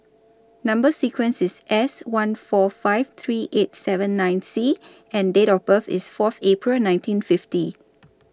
Number sequence IS S one four five three eight seven nine C and Date of birth IS Fourth April nineteen fifty